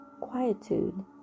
quietude